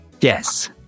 Yes